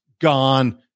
gone